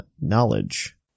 knowledge